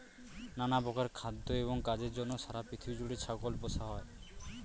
নানা প্রকার খাদ্য এবং কাজের জন্য সারা পৃথিবী জুড়ে ছাগল পোষা হয়